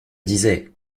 disais